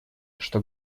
что